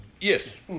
Yes